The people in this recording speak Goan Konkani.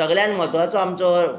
सगळ्यान म्हत्वाचो आमचो